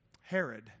Herod